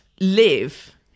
live